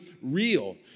real